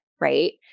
Right